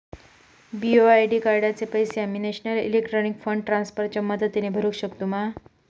BOI कार्डाचे पैसे आम्ही नेशनल इलेक्ट्रॉनिक फंड ट्रान्स्फर च्या मदतीने भरुक शकतू मा?